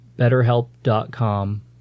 Betterhelp.com